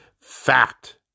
fact